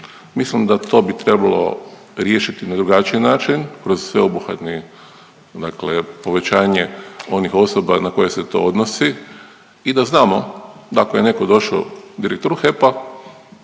Mislim da to bi trebalo riješiti na drugačiji način, kroz sveobuhvatni dakle povećanje onih osoba na koje se to odnosi i da znamo da ako je neko došao direktoru HEP-a